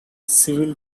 civil